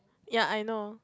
ya I know